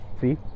see